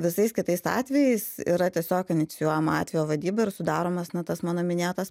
visais kitais atvejais yra tiesiog inicijuojama atvejo vadyba ir sudaromas na tas mano minėtas